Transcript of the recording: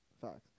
facts